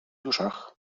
duszach